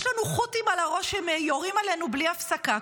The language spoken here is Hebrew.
יש לנו חות'ים על הראש שיורים עלינו בלי הפסקה,